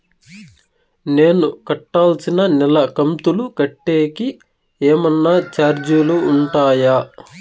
నేను కట్టాల్సిన నెల కంతులు కట్టేకి ఏమన్నా చార్జీలు ఉంటాయా?